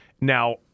Now